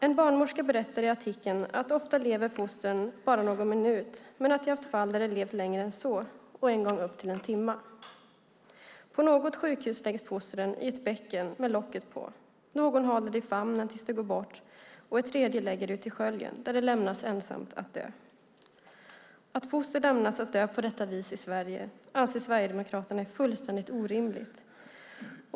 En barnmorska berättar i artikeln att ofta lever fostren bara någon minut men att de haft fall där de levt längre än så och en gång upp till en timme. På något sjukhus läggs fostret i ett bäcken med locket på, någon håller det i famnen tills det går bort och en tredje lägger det ute i sköljen där det lämnas ensamt att dö. Att foster lämnas att dö på detta vis i Sverige anser Sverigedemokraterna är fullständigt orimligt.